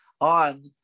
on